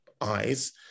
eyes